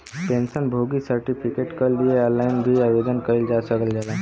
pension भोगी certificate कल लिए ऑनलाइन भी आवेदन कइल जा सकल जाला